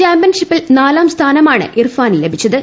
ചാമ്പ്യൻഷിപ്പിൽ നാലാം സ്ഥാനമാണ് ഇർഫാന് ലഭിച്ചത്